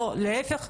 או להיפך,